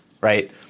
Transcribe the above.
right